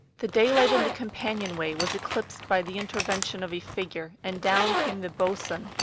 the daylight in the companion-way was eclipsed by the intervention of a figure, and down came the boat swain,